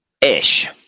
ish